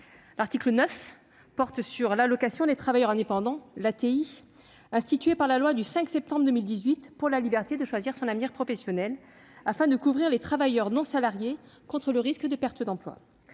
L'article 9 porte sur l'allocation des travailleurs indépendants, instituée par la loi du 5 septembre 2018 pour la liberté de choisir son avenir professionnel, afin de couvrir les travailleurs non salariés contre le risque de perte d'emploi.